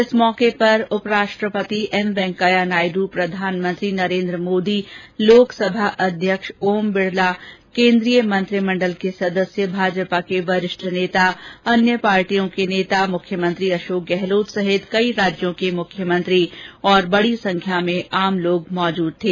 इस मौके पर उपराष्ट्रपति एम वैंकेया नायड प्रधानमंत्री नरेन्द्र मोदी लोकसभा अध्यक्ष ओम बिड़ला केन्द्रीय मंत्रिमंडल के सदस्य भाजपा के वरिष्ठ नेता अन्य पार्टियों के नेता मुख्यमंत्री अशोक गहलोत सहित कई राज्यों के मुख्यमंत्री और बडी संख्या में आम लोग मौजूद थे